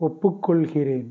ஒப்புக் கொள்கிறேன்